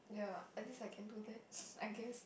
ya at least I can do that I guess